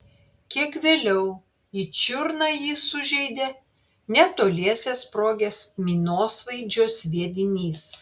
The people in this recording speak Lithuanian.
kiek vėliau į čiurną jį sužeidė netoliese sprogęs minosvaidžio sviedinys